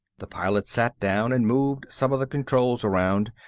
the pilot sat down and moved some of the controls around.